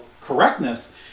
correctness